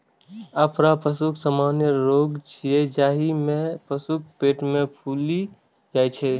अफरा पशुक सामान्य रोग छियै, जाहि मे पशुक पेट फूलि जाइ छै